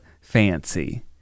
fancy